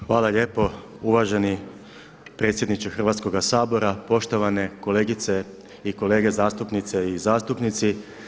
Hvala lijepo uvaženi predsjedniče Hrvatskoga sabora, poštovane kolegice i kolege zastupnice i zastupnici.